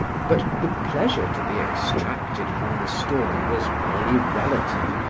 but the pleasure to be extracted from the story was merely relative,